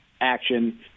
action